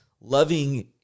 loving